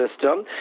system